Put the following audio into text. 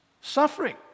suffering